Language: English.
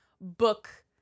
book